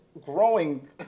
growing